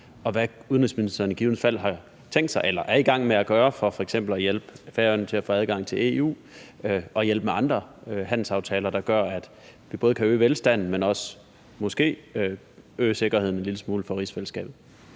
Og hvad har udenrigsministeren i givet fald tænkt sig, eller er i gang med at gøre, for f.eks. at hjælpe Færøerne til at få adgang til EU og hjælpe med andre handelsaftaler, der gør, at det både kan øge velstanden, men måske også øge sikkerheden en lille smule for rigsfællesskabet?